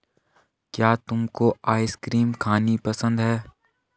क्या तुमको आइसक्रीम खानी पसंद है?